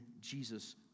Jesus